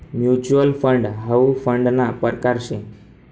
mutual fund हाउ फंडना परकार शे